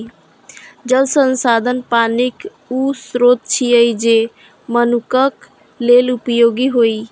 जल संसाधन पानिक ऊ स्रोत छियै, जे मनुक्ख लेल उपयोगी होइ